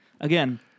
Again